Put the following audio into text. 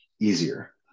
easier